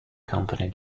company